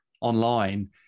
online